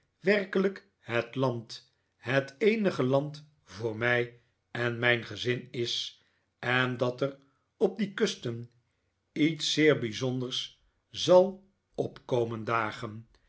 weikelijk het land het eenige land voor mij en mijn gezin is en dat er op die kus ten iets zeer bijzonders zal op komen dagen